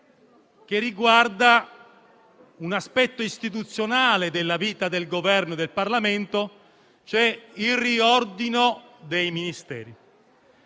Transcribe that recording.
che riguarda un aspetto istituzionale della vita del Governo e del Parlamento, ovvero il riordino dei Ministeri.